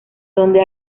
donde